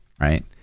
right